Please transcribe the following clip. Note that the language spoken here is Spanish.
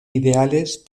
ideales